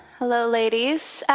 hello ladies.